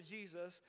Jesus